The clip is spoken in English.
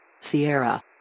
Sierra